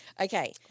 Okay